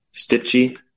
Stitchy